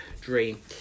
dream